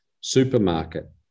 supermarket